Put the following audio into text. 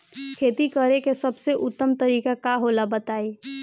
खेती करे के सबसे उत्तम तरीका का होला बताई?